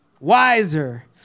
wiser